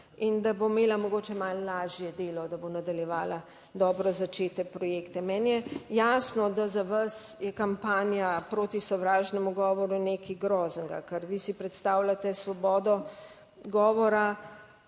in da bo imela mogoče malo lažje delo, da bo nadaljevala dobro začete projekte. Meni je jasno, da za vas je kampanja proti sovražnemu govoru nekaj groznega, kar vi si predstavljate svobodo govora